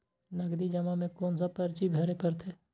नगदी जमा में कोन सा पर्ची भरे परतें?